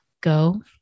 go